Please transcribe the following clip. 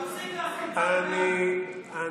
תפסיק, אני מודה